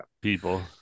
people